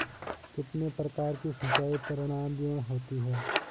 कितने प्रकार की सिंचाई प्रणालियों होती हैं?